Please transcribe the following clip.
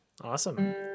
awesome